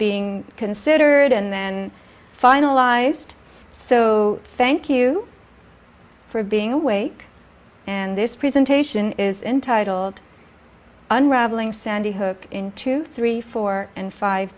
being considered and then finalized so thank you for being away and this presentation is entitled unraveling sandy hook into three four and five